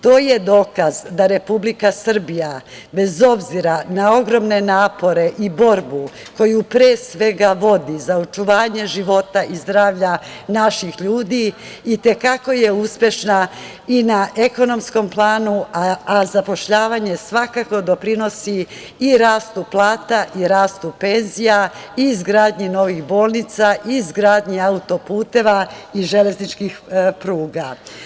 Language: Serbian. To je dokaz da Republika Srbija bez obzira na ogromne napore i borbu, koju pre svega vodi za očuvanje života i zdravlja naših ljudi, i te kako je uspešna i na ekonomskom planu, a zapošljavanje svakako, doprinosi i rastu plata i rastu penzija i izgradnji novih bolnica i izgradnji auto-puteva i železničkih pruga.